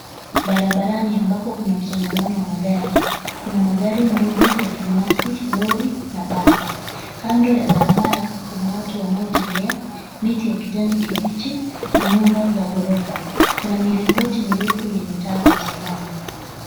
Barabarani ambapo kuna msongamano wa magari. Kuna magari ndogo ya kibinafsi, lori na basi. Kando ya barabara kuna watu wanaotembea, miti ya kijani kibichi na nyumba za ghorofa. Kuna milingoti mirefu yenye taa za usalama.